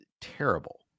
terrible